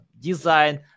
design